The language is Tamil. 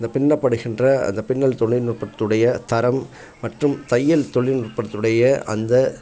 அந்தப் பின்னப்படுகின்ற அந்த பின்னல் தொழில்நுட்பத்துடைய தரம் மற்றும் தையல் தொழில்நுட்பத்தினுடைய அந்த